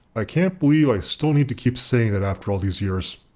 i can't believe i still need to keep saying that after all these years.